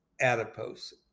adipose